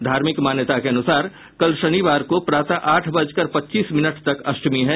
धार्मिक मान्यता के अनुसार कल शनिवार को प्रातः आठ बजकर पच्चीस मिनट तक अष्टमी है